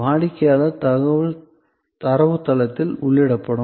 வாடிக்கையாளர் தகவல் தரவுத்தளத்தில் உள்ளிடப்படும்